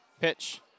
Pitch